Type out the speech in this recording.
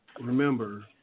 Remember